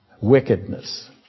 Wickedness